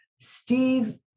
Steve